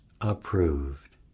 approved